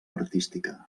artística